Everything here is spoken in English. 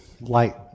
light